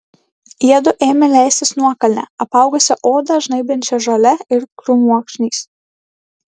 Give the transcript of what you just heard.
jiedu ėmė leistis nuokalne apaugusia odą žnaibančia žole ir krūmokšniais